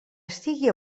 estigui